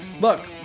look